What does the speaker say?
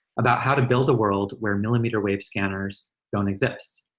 about how to build a world where millimeter wave scanners don't exist.